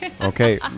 Okay